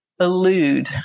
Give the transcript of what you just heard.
elude